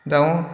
जावं